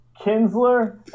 Kinsler